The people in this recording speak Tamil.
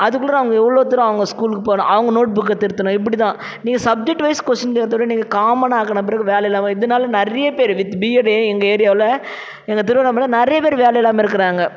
அதுக்குள்ளற அவங்க எவ்வளளோ தூரம் அவங்க ஸ்கூலுக்கு போகணும் அவங்க நோட் புக்கை திருத்தணும் இப்படிதான் நீங்கள் சப்ஜெக்ட் வைஸ் கொஸ்டின் பேப்பரை நீங்கள் காமனாக்கின பிறகு வேலை இல்லாமல் இதனால் நிறையா பேர் வித் பிஎட்டே எங்கள் ஏரியாவில் எங்கள் திருவண்ணாமலையில நிறையா பேர் வேலை இல்லமால் இருக்குறாங்க